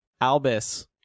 Albus